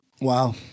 Wow